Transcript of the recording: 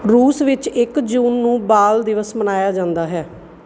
ਰੂਸ ਵਿੱਚ ਇੱਕ ਜੂਨ ਨੂੰ ਬਾਲ ਦਿਵਸ ਮਨਾਇਆ ਜਾਂਦਾ ਹੈ